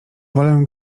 wolę